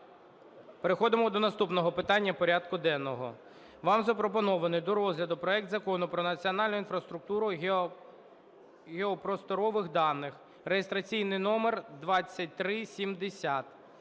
Переходимо до наступного питання порядку денного. Вам запропонований до розгляду проект Закону про національну інфраструктуру геопросторових даних (реєстраційний номер 2370).